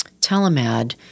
telemed